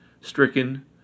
stricken